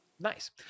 Nice